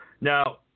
Now